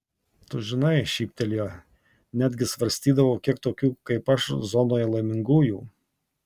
tu žinai šyptelėjo netgi svarstydavau kiek tokių kaip aš zonoje laimingųjų